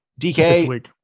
DK